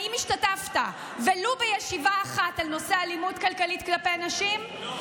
האם השתתפת ולו בישיבה אחת על נושא אלימות כלכלית כלפי נשים?